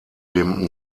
dem